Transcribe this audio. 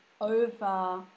over